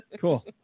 Cool